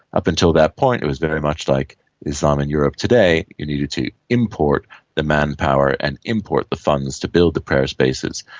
up until that point it was very much like islam and europe today, you needed to import the manpower and import the funds to build the prayer spaces.